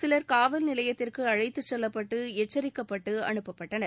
சில் காவல் நிலையத்திற்கு அழைத்துச் செல்லப்பட்டு எச்சிக்கப்பட்டு அனுப்பப்பட்டனர்